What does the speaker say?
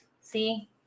See